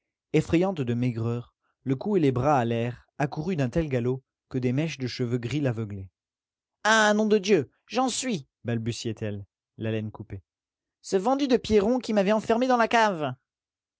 effrayante de maigreur le cou et les bras à l'air accourue d'un tel galop que des mèches de cheveux gris l'aveuglaient ah nom de dieu j'en suis balbutiait elle l'haleine coupée ce vendu de pierron qui m'avait enfermée dans la cave